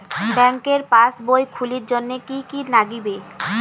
ব্যাঙ্কের পাসবই খুলির জন্যে কি কি নাগিবে?